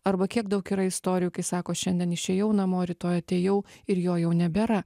arba kiek daug yra istorijų kai sako šiandien išėjau namo rytoj atėjau ir jo jau nebėra